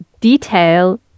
detail